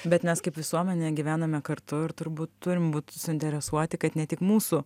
bet mes kaip visuomenė gyvename kartu ir turbūt turim būti suinteresuoti kad ne tik mūsų